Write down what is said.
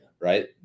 right